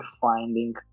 finding